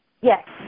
Yes